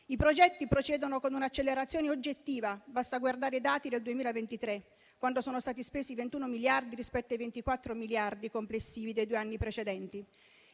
I progetti procedono con un'accelerazione oggettiva: basta guardare i dati del 2023, quando sono stati spesi 21 miliardi rispetto ai 24 miliardi complessivi dei due anni precedenti.